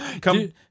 Come